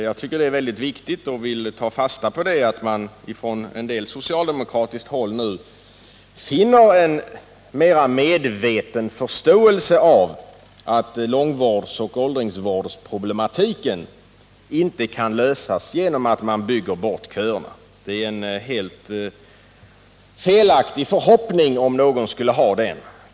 Jag tycker att det är väldigt viktigt och vill ta fasta på att man nu hos en del socialdemokrater finner en mer medveten förståelse för att långvårdsoch åldringsvårdsproblematiken inte kan lösas genom att man bygger bort köerna. Det är en helt felaktig förhoppning, om någon skulle ha den.